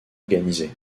organisées